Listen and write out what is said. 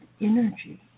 energy